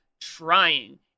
trying